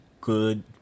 good